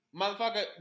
motherfucker